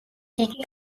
იგი